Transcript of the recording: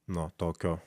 nuo tokio